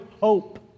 hope